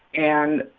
and,